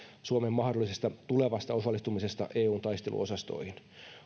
suomen mahdollisesta tulevasta osallistumisesta eun taisteluosastoihin